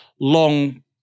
long